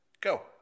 Go